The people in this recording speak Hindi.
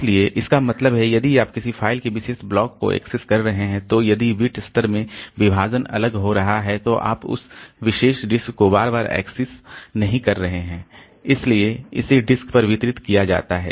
इसलिए इसका मतलब है यदि आप किसी फ़ाइल के एक विशेष ब्लॉक को एक्सेस कर रहे हैं तो यदि बिट स्तर में विभाजन अलग हो रहा है तो आप उस विशेष डिस्क को बार बार एक्सेस नहीं कर रहे हैं इसलिए इसे डिस्क पर वितरित किया जाता है